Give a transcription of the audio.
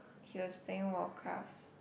he was playing warcraft